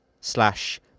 slash